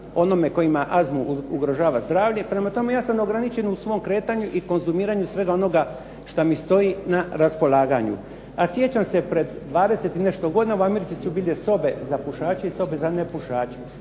onome tko ima astmu ugrožava zdravlje. Prema tome ja sam ograničen u svom kretanju i konzumiranju svega onoga šta mi stoji na raspolaganju. A sjećam se pred 20 i nešto godina u Americi su bile sobe za pušače i sobe za nepušače.